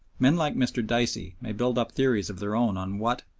men like mr. dicey may build up theories of their own on what,